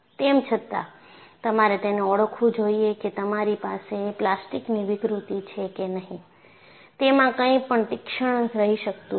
તેમ છતાં તમારે તેને ઓળખવું જોઈએ કે તમારી પાસે પ્લાસ્ટિકની વિકૃતિ છે કે નહી તેમાં કંઈપણ તીક્ષ્ણ રહી શકતું નથી